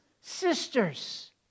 sisters